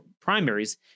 primaries